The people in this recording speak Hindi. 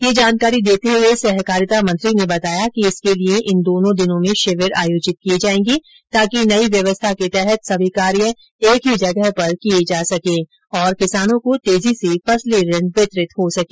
यह जानकारी देते हए सहकारिता मंत्री ने बताया कि इसके लिये इन दोनो दिनों में शिविर आयोजित किये जायेंगे ताकि नई व्यवस्था के तहत सभी कार्य एक ही जगह पर किये जा सके और किसानों को तेजी से फसली ऋण वितरित हो सके